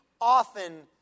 often